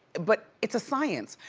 but it's a science,